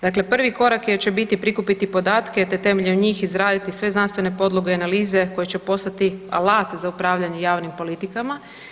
Dakle, prvi korak će biti prikupiti podatke te temeljem njih izraditi sve znanstvene podloge i analize koje će postati alat za upravljanje javnim politikama.